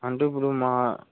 అంటే ఇప్పుడు మా